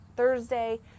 Thursday